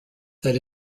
that